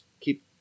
keep